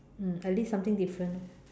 mm at least something different lor